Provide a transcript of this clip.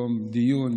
יום דיון,